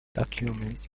documents